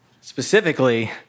Specifically